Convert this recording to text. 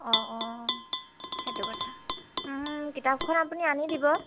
অঁ অঁ সেইটো কথা কিতাপখন আপুনি আনি দিব